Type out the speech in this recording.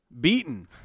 beaten